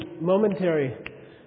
momentary